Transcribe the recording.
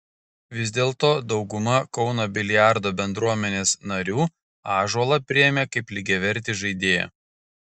vis dėlto dauguma kauno biliardo bendruomenės narių ąžuolą priėmė kaip lygiavertį žaidėją